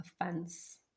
offense